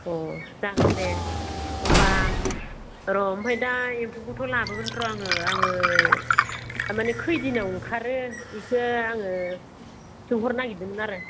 अह जागोन दे होमबा र' आमफ्राय दा एम्फौखौथ' लाबोगोन र' आङो आङो थारमानि खोइदिनाव ओंखारो इखौ आङो सोंहरनो नागिरदोंमोन आरो